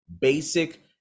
Basic